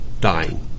dying